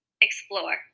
Explore